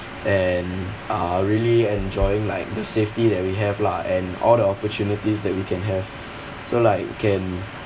and uh really enjoying like the safety that we have leh and all the opportunities that we can have so like we can